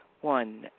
One